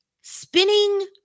spinning